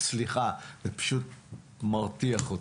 סליחה, זה פשוט מרתיח אותי.